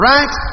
Right